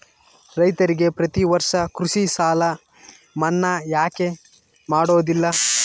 ರೈತರಿಗೆ ಪ್ರತಿ ವರ್ಷ ಕೃಷಿ ಸಾಲ ಮನ್ನಾ ಯಾಕೆ ಮಾಡೋದಿಲ್ಲ?